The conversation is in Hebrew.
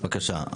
בבקשה.